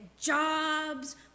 jobs